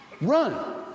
run